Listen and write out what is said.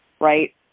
right